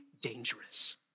dangerous